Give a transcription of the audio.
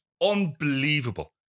Unbelievable